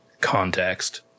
context